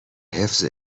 حفظ